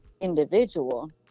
individual